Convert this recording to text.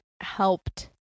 helped